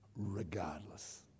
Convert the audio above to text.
Regardless